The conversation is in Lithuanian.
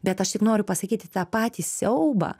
bet aš tik noriu pasakyti tą patį siaubą